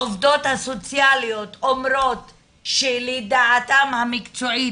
העובדות הסוציאליות אומרות שלדעתן המקצועית